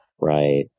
right